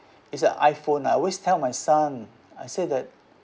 it's a iphone I always tell my son I say that